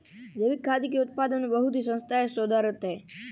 जैविक खाद्य के उत्पादन में बहुत ही संस्थाएं शोधरत हैं